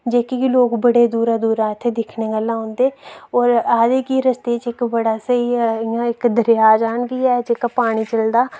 जेह्के कि लोग बड़े दूरूं दूरूं इत्थै दिक्खने गल्ला औंदे और आखदे कि रस्ते च इक बड़ा स्हेई इक दरेआ जन बी ऐ जेह्का पानी चलदा